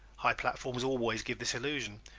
high platforms always give this illusion.